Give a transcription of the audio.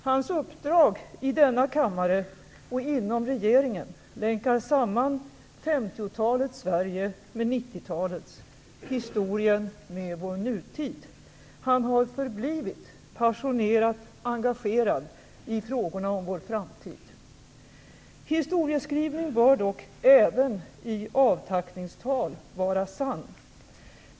Hans uppdrag i denna kammare och inom regeringen länkar samman 50-talets Sverige med 90-talets, historien med vår nutid. Han har förblivit passionerat engagerad i frågorna om vår framtid. Historieskrivning bör dock även i avtackningstal vara sann.